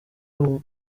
murimo